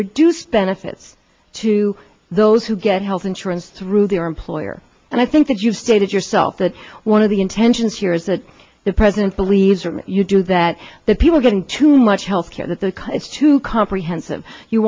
reduced benefits to those who get health insurance through their employer and i think that you've stated yourself that one of the intentions here is that the president believes you do that that people are getting too much health care that the it's too comprehensive you